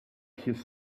his